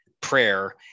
prayer